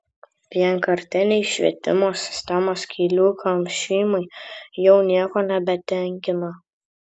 vienkartiniai švietimo sistemos skylių kamšymai jau nieko nebetenkina